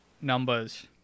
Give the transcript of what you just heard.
numbers